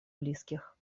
близких